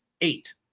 Eight